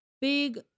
big